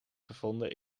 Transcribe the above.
gevonden